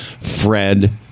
Fred